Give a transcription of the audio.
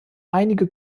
einige